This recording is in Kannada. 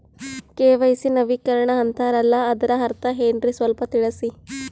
ಕೆ.ವೈ.ಸಿ ನವೀಕರಣ ಅಂತಾರಲ್ಲ ಅದರ ಅರ್ಥ ಏನ್ರಿ ಸ್ವಲ್ಪ ತಿಳಸಿ?